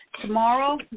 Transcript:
tomorrow